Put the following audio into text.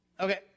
Okay